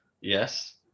Yes